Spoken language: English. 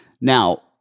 Now